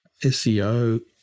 SEO